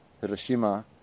Hiroshima